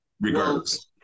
regardless